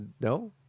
No